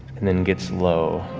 and then gets low.